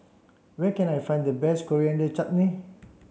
where can I find the best Coriander Chutney